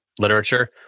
literature